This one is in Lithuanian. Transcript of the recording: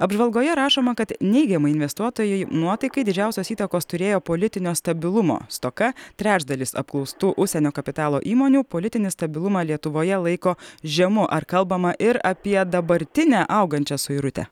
apžvalgoje rašoma kad neigiamai investuotojų nuotaikai didžiausios įtakos turėjo politinio stabilumo stoka trečdalis apklaustų užsienio kapitalo įmonių politinį stabilumą lietuvoje laiko žemu ar kalbama ir apie dabartinę augančią suirutę